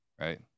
right